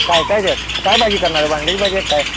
काय काय द्या काय भाजी करणार आहे वांग्याची भाजी आहे काय